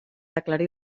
aclarir